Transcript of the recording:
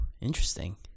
interesting